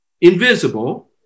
invisible